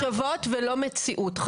אז שיהיה ברור שזה תחושות ומחשבות ולא מציאות.